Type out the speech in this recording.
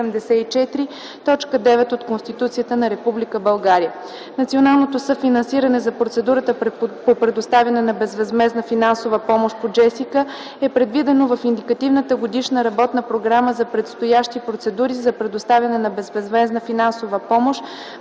Националното съфинансиране за процедурата по предоставяне на безвъзмездна финансова помощ по JESSICA е предвидено в Индикативната годишна работна програма за предстоящи процедури за предоставяне на безвъзмездна финансова помощ по Оперативна